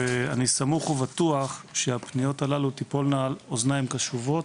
ואני סמוך ובטוח שהפניות הללו תיפולנה על אוזניים קשובות,